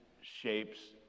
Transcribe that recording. shapes